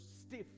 stiff